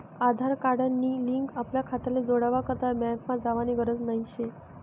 आधार card नी link आपला खाताले जोडा करता बँकमा जावानी गरज नही शे